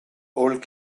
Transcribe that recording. old